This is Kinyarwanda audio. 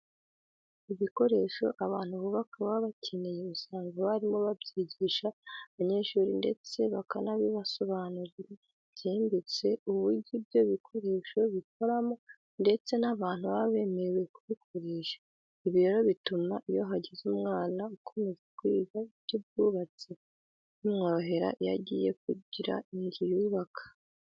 Ibikoresho abantu bubaka baba bakeneye usanga abarimu babyigisha abanyeshuri ndetse bakanabasobanurira byimbitse uburyo ibyo bikoresho bikoramo ndetse n'abantu baba bemerewe kubikoresha. Ibi rero bituma iyo hagize umwana ukomeza kwiga iby'ubwubatsi bimworohera iyo agiye kugira inzu yubaka.